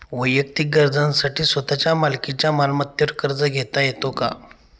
वैयक्तिक गरजांसाठी स्वतःच्या मालकीच्या मालमत्तेवर कर्ज घेता येतो का?